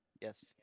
yes